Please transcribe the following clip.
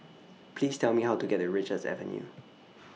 Please Tell Me How to get to Richards Avenue